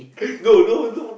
no no no